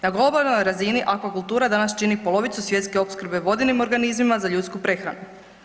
Na globalnoj razini aquakultura danas čini polovicu svjetske opskrbe vodenim organizmima za ljudsku prehranu.